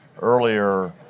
earlier